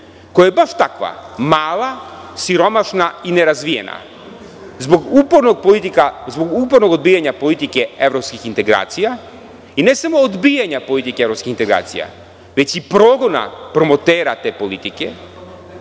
koja je baš takva mala, siromašna i nerazvijena zbog upornog odbijanja politike evropskih integracija i ne samo odbijanja politike evropskih integracija, već i progona promotera te politike,